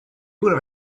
would